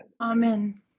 Amen